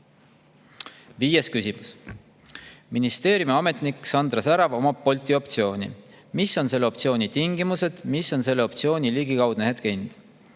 küsimus: "Ministeeriumi ametnik Sandra Särav omab Bolt'i optsiooni. Mis on selle optsiooni tingimused? Mis on selle optsiooni ligikaudne hetkehind?"